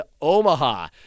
Omaha